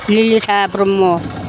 Lilisa Brahma